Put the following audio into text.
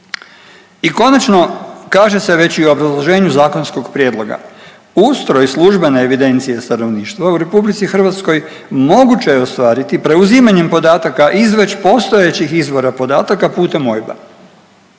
I konačno kaže se već i u obrazloženju zakonskog prijedloga, ustroj službene evidencije stanovništva u RH moguće je ostvariti preuzimanjem podataka iz već postojećih izvora podataka putem OIB-a.